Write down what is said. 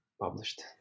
published